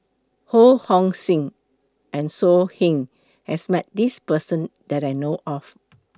Ho Hong Sing and So Heng has Met This Person that I know of